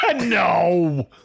No